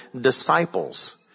disciples